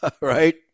right